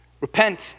repent